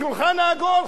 השולחן העגול,